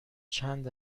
چند